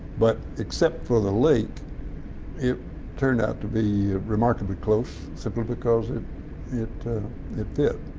but except for the lake it turned out to be remarkably close, simply because it it it fit.